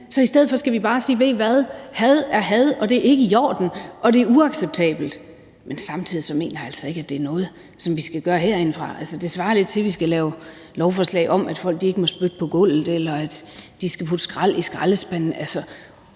Så i stedet for skal vi bare sige: Ved I hvad? Had er had, og det er ikke i orden; det er uacceptabelt. Men samtidig mener jeg altså ikke, det er noget, som vi skal gøre herindefra. Altså, det svarer lidt til, at vi skal lave lovforslag om, at folk ikke må spytte på gulvet, eller at de skal putte skrald i skraldespanden. Altså,